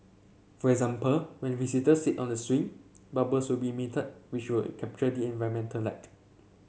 for example when visitors sit on the swing bubbles will be emitted which will capture the environmental light